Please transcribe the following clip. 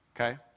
okay